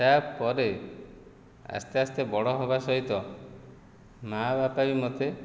ତା'ପରେ ଆସ୍ତେ ଆସ୍ତେ ବଡ଼ ହେବା ସହିତ ମାଆ ବାପା ବି ମୋତେ